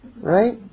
Right